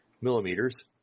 millimeters